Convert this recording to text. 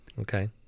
Okay